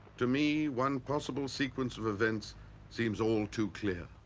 to me, one possible sequence of events seems all too clear.